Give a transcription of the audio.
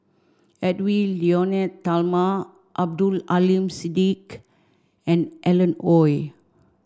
Edwy Lyonet Talma Abdul Aleem Siddique and Alan Oei